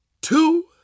two